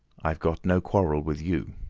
i've got no quarrel with you,